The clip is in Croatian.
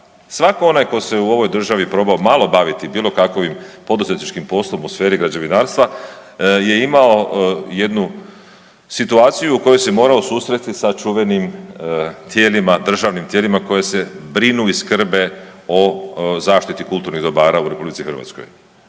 Svatko onaj tko se u ovoj državi probao malo baviti bilo kakovim poduzetničkim poslom u sferi građevinarstva je imao jednu situaciju u kojoj se morao susresti sa čuvenim tijelima, državnim tijelima koji se brinu i skrbe o zaštiti kulturnih dobara u RH. I to